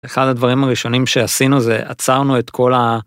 אחד הדברים הראשונים שעשינו זה עצרנו את כל ה.